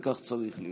וכך צריך להיות.